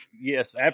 yes